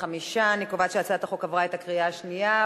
5. אני קובעת שהצעת החוק עברה בקריאה שנייה.